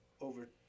over